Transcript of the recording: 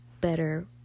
better